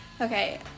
Okay